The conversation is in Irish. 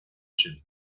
sin